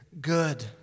good